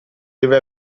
deve